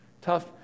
Tough